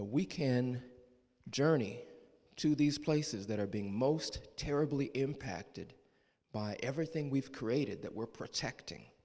we can journey to these places that are being most terribly impacted by everything we've created that we're protecting